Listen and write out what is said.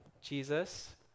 Jesus